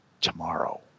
tomorrow